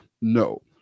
No